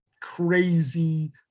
crazy